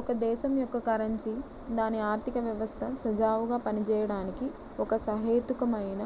ఒక దేశం యొక్క కరెన్సీ దాని ఆర్థిక వ్యవస్థ సజావుగా పనిచేయడానికి ఒక సహేతుకమైన